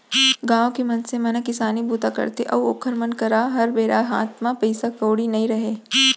गाँव के मनसे मन ह किसानी बूता करथे अउ ओखर मन करा हर बेरा हात म पइसा कउड़ी नइ रहय